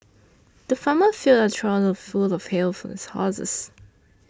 the farmer filled a trough full of hay for his horses